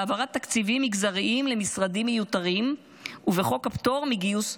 בהעברת תקציבים מגזריים למשרדים מיותרים ובחוק הפטור מגיוס,